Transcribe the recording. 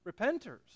repenters